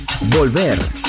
Volver